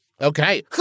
Okay